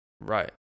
Right